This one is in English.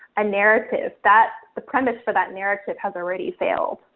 a narrative that the premise for that narrative has already failed.